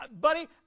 buddy